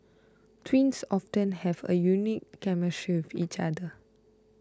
twins often have a unique chemistry of each other